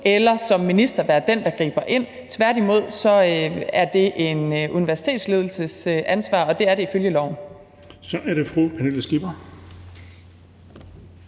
eller som minister være den, der griber ind. Tværtimod er det et universitetsledelsesansvar, og det er det ifølge loven. Kl. 14:12 Den fg.